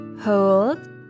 Hold